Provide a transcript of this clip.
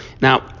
Now